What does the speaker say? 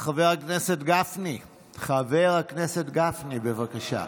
חבר הכנסת גפני, חבר הכנסת גפני, בבקשה.